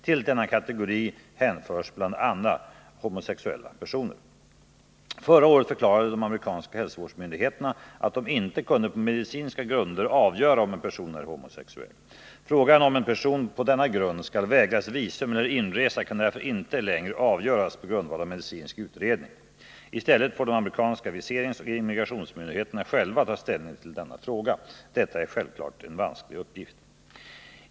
Till denna kategori hänförs bl.a. homosexuella personer. Förra året förklarade de amerikanska hälsovårdsmyndigheterna att de inte kunde på medicinska grunder avgöra om en person är homosexuell. Frågan om en person på denna grund skall vägras visum eller inresa kan därför inte längre avgöras på grundval av medicinsk utredning. I stället får de amerikanska viseringsoch immigrationsmyndigheterna själva ta ställning till denna fråga. Detta är självfallet en vansklig uppgift.